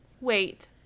Wait